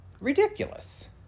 Ridiculous